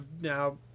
now